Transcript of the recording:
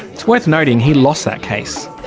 it's worth noting he lost that case.